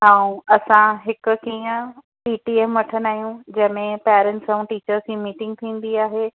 ऐं असां हिकु कीअं पीटीएम वठंदा आहियूं जंहिंमें पैरंट्स ऐं टीचर जी मीटिंग थींदी आहे